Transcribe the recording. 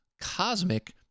Cosmic